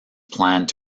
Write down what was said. plans